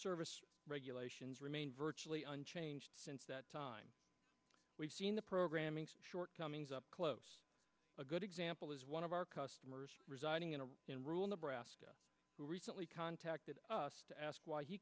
service regulations remain virtually unchanged since time we've seen the programming shortcomings up close a good example is one of our customers residing in a new rule nebraska who recently contacted us to ask why he